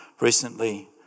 Recently